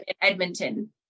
Edmonton